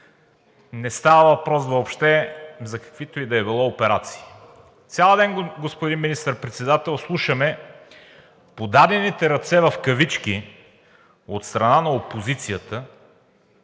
не става въпрос въобще за каквито и да е било операции. Цял дел, господин Министър-председател, слушаме подадените ръце, в кавички, от страна на опозицията.